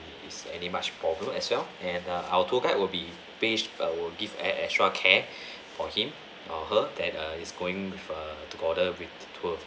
is any much problem as well and err our tour guide will be based I'll will give e~ extra care for him or her that err is going with her together with the tour